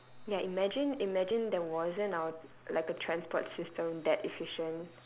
ya imagine imagine there wasn't our like a transport system that efficient